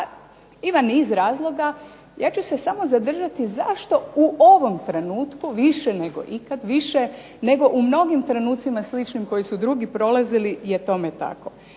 ima niz razloga, ja ću se samo zadržati zašto u ovom trenutku više nego ikada, više nego u mnogim trenutcima sličnim koji su drugi prolazili je tome tako.